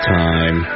time